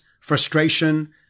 frustration